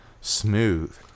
smooth